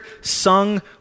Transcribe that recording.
sung